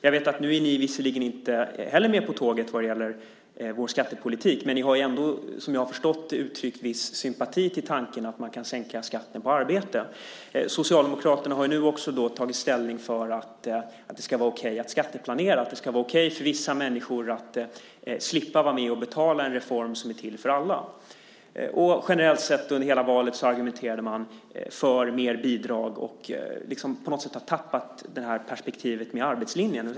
Jag vet att ni visserligen inte heller är med på tåget vad gäller vår skattepolitik, men ni har ändå, som jag har förstått det, uttryckt viss sympati för tanken att man kan sänka skatten på arbete. Socialdemokraterna har nu också tagit ställning för att det ska vara okej att skatteplanera, att det ska vara okej för vissa människor att slippa vara med och betala en reform som är till för alla. Generellt sett argumenterade man under hela valet för mer bidrag och har på något sätt tappat perspektivet på arbetslinjen.